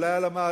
אולי על המאדים,